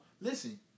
listen